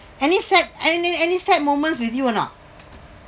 any sad any any sad moments with you or not